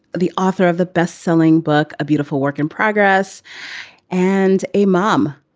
the author of the bestselling book, a beautiful work in progress and a mom.